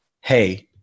Hey